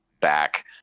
back